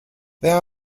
there